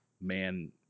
man